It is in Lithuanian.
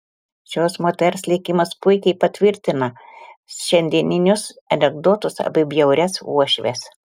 šios moters likimas puikiai patvirtina šiandieninius anekdotus apie bjaurias uošves